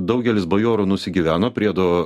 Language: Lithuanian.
daugelis bajorų nusigyveno priedo